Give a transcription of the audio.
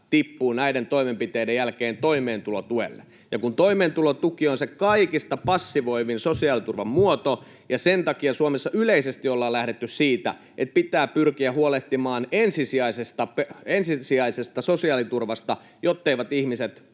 ihmistä tippuu toimeentulotuelle. Toimeentulotuki on se kaikista passivoivin sosiaaliturvan muoto, ja sen takia Suomessa yleisesti ollaan lähdetty siitä, että pitää pyrkiä huolehtimaan ensisijaisesta sosiaaliturvasta, jotteivät ihmiset